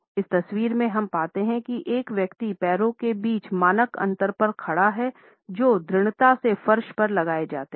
इस तस्वीर में हम पाते हैं कि एक व्यक्ति पैरों के बीच मानक अंतर पर खड़ा है जो दृढ़ता से फर्श पर लगाए जाते हैं